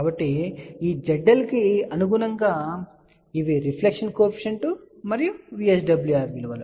కాబట్టి ఈ ZL కి అనుగుణంగా ఇవి రిఫ్లెక్షన్ కోఎఫిషియంట్ మరియు VSWR విలువలు